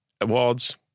awards